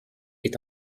est